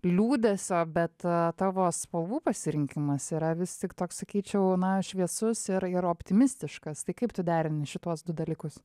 liūdesio bet tavo spalvų pasirinkimas yra vis tik toks sakyčiau na šviesus ir ir optimistiškas tai kaip tu derini šituos du dalykus